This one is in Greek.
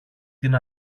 την